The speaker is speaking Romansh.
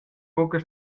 buca